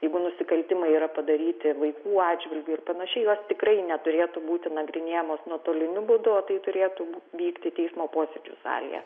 jeigu nusikaltimai yra padaryti vaikų atžvilgiu ir panašiai jos tikrai neturėtų būti nagrinėjamos nuotoliniu būdu o tai turėtų vykti teismo posėdžių salėje